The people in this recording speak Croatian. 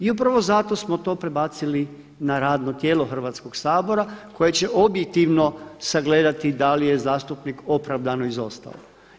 I upravo zato smo to prebacili na radno tijelo Hrvatskoga sabora koje će objektivno sagledati da li je zastupnik opravdano izostao.